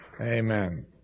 Amen